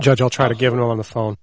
judge i'll try to give in on the phone